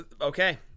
Okay